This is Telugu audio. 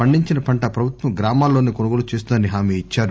పండించిన పంట ప్రభుత్వం గ్రామాల్లోసే కొనుగోలు చేస్తుందని హామీ ఇచ్చారు